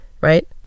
right